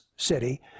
city